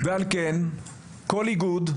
ועל כן כל איגוד,